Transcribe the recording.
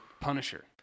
Punisher